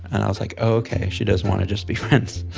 and i was like, ok, she doesn't want to just be friends.